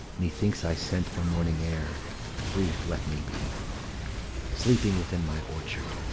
methinks i scent the morning air brief let me be sleeping within my orchard,